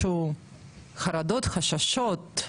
חששות,